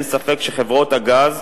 אין ספק שחברות הגז,